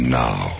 now